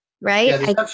right